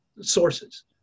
sources